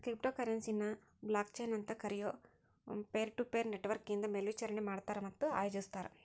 crypto ಕರೆನ್ಸಿನ blockchain ಅಂತ್ ಕರಿಯೊ ಪೇರ್ಟುಪೇರ್ ನೆಟ್ವರ್ಕ್ನಿಂದ ಮೇಲ್ವಿಚಾರಣಿ ಮಾಡ್ತಾರ ಮತ್ತ ಆಯೋಜಿಸ್ತಾರ